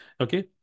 Okay